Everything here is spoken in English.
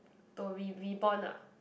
to re~ reborn ah